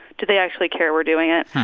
do they actually care we're doing it?